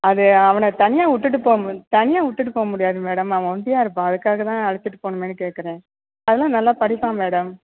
அது அவனை தனியாக விட்டுட்டு போக மு தனியாக விட்டுட்டு போ முடியாது மேடம் அவன் ஒண்டியாக இருப்பான் அதுக்காக தான் அழைச்சிட்டு போகணுமேன்னு கேட்கறேன் அதெலாம் நல்லா படிப்பான் மேடம்